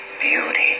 beauty